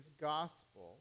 gospel